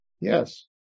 Yes